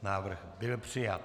Návrh byl přijat.